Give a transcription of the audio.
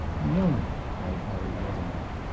no! cried harry wethermill.